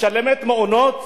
משלמת מעונות,